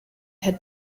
had